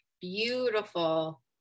beautiful